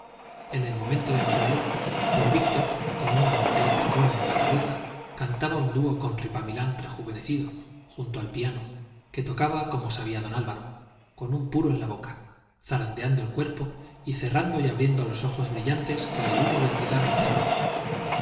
en el momento de entrar él don víctor con una montera picona en la cabeza cantaba un dúo con ripamilán rejuvenecido junto al piano que tocaba como sabía don álvaro con un puro en la boca zarandeando el cuerpo y cerrando y abriendo los ojos brillantes que el humo del cigarro cegaba las